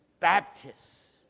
Baptists